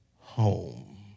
home